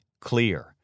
Clear